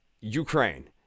Ukraine